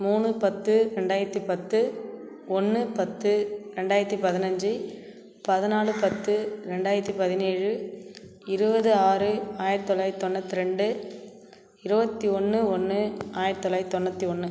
மூணு பத்து ரெண்டாயிரத்தி பத்து ஒன்று பத்து ரெண்டாயிரத்தி பதினஞ்சி பதினாலு பத்து ரெண்டாயிரத்தி பதினேழு இருபது ஆறு ஆயிரத்தி தொள்ளாயிரத்து தொண்ணூத்து ரெண்டு இருபத்தி ஒன்று ஒன்று ஆயிரத்தி தொள்ளாயிரத்து தொண்ணூற்றி ஒன்று